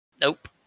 Nope